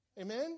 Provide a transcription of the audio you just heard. Amen